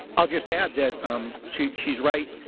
i'll just add that um she's she's right.